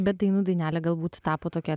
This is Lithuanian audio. bet dainų dainelė galbūt tapo tokia